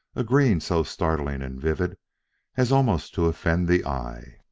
a green so startling and vivid as almost to offend the eye.